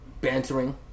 bantering